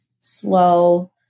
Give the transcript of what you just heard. slow